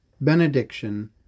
Benediction